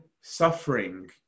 suffering